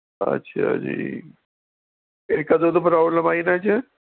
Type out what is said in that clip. ਅੱਛਾ ਜੀ ਇਹ ਕਦੋਂ ਤੋਂ ਪ੍ਰੋਬਲਮ ਆਈ ਇਹਨਾਂ 'ਚ